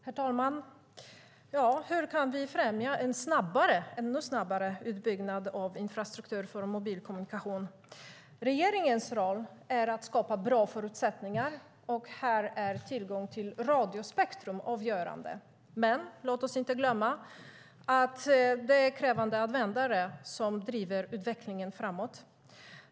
Herr talman! Hur kan vi främja en ännu snabbare utbyggnad av infrastruktur för mobilkommunikation? Regeringens roll är att skapa bra förutsättningar, och här är tillgång till radiospektrum avgörande. Låt oss dock inte glömma att det är krävande användare som driver utvecklingen framåt.